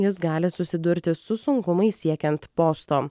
jis gali susidurti su sunkumais siekiant posto